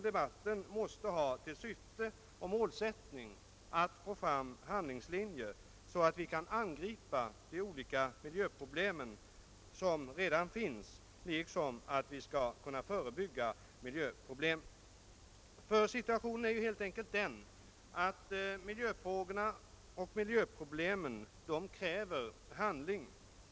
Debatten måste ha till syfte och målsättning att få fram handlingslinjer, så att vi kan angripa de olika miljöproblem som redan finns liksom att vi skall kunna förebygga att miljöproblem uppstår. Situationen är helt enkelt den att miljöproblemen kräver handling.